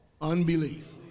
Unbelief